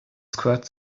squirt